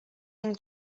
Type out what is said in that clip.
yang